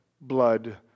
blood